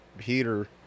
heater